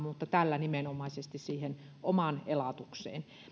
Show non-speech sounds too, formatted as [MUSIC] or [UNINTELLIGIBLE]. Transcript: [UNINTELLIGIBLE] mutta tällä nimenomaisesti pyritään siihen omaan elatukseen